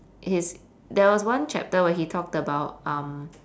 his there was one chapter where he talked about um